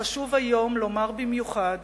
וחשוב היום לומר במיוחד